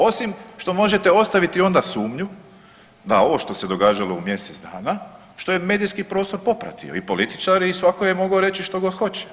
Osim što možete ostaviti onda sumnju da ovo što se događalo u mjesec dana što je medijski prostor popratio i političari i svako je mogao reći što god hoće.